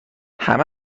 همه